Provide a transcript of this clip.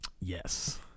Yes